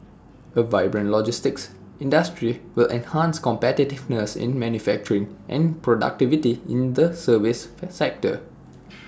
A vibrant logistics industry will enhance competitiveness in manufacturing and productivity in the service sector